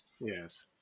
Yes